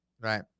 Right